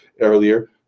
earlier